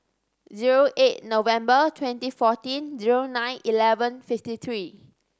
zero eight November twenty fourteen zero nine eleven fifty three